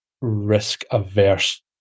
risk-averse